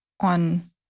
on